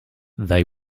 they